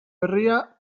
herria